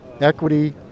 equity